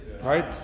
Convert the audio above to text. Right